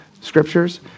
scriptures